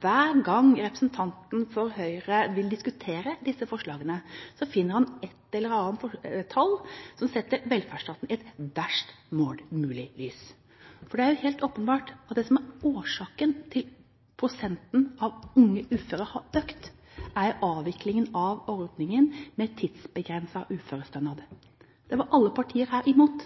hver gang representanten for Høyre vil diskutere disse forslagene, finner han et eller annet tall som setter velferdsstaten i et verst mulig lys. Det er helt åpenbart at det som er årsaken til at prosentandelen av unge uføre har økt, er avviklingen av ordningen med tidsbegrenset uførestønad. Den ordningen var alle partiene her imot,